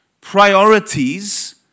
priorities